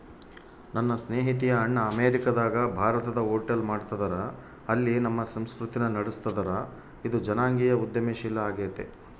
ನನ್ನ ಸ್ನೇಹಿತೆಯ ಅಣ್ಣ ಅಮೇರಿಕಾದಗ ಭಾರತದ ಹೋಟೆಲ್ ಮಾಡ್ತದರ, ಅಲ್ಲಿ ನಮ್ಮ ಸಂಸ್ಕೃತಿನ ನಡುಸ್ತದರ, ಇದು ಜನಾಂಗೀಯ ಉದ್ಯಮಶೀಲ ಆಗೆತೆ